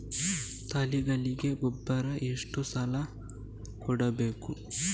ತಳಿಗಳಿಗೆ ಗೊಬ್ಬರ ಎಷ್ಟು ಸಲ ಕೊಡಬೇಕು?